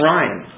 Ryan